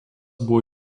buvo